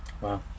wow